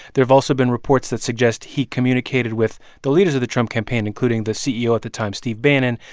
there have also been reports that suggest he communicated with the leaders of the trump campaign, including the ceo at the time, steve bannon,